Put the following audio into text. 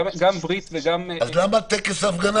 יש פה קצת כפל.